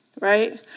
right